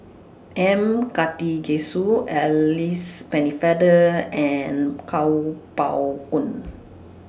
M Karthigesu Alice Pennefather and Kuo Pao Kun